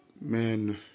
man